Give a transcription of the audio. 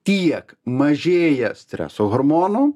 tiek mažėja streso hormonų